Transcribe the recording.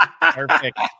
Perfect